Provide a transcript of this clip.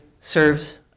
serves